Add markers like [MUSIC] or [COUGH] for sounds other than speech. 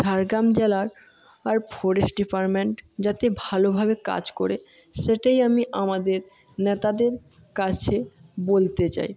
ঝাড়গ্রাম জেলার [UNINTELLIGIBLE] forest department যাতে ভালোভাবে কাজ করে সেটাই আমি আমাদের নেতাদের কাছে বলতে চাই